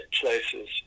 places